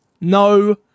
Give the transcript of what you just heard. no